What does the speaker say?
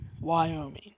Wyoming